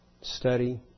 study